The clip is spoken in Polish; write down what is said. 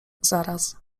zaraz